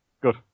good